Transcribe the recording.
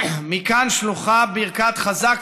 מכאן שלוחה ברכת חזק